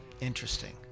Interesting